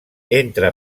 entre